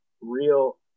real